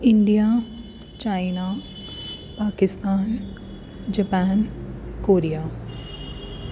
India China Pakistan Japan Korea